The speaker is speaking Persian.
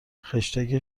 خشتک